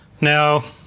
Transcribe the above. now,